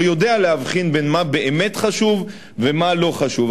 יודע להבחין מה באמת חשוב ומה לא חשוב.